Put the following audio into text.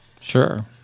Sure